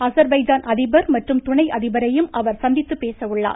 அசர் பைஜான் அதிபர் மற்றும் துணை அதிபரையும் அவர் சந்தித்து பேச உள்ளார்